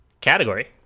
category